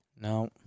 No